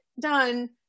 Done